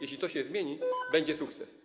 Jeśli to się zmieni, będzie sukces.